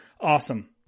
awesome